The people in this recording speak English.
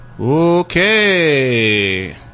Okay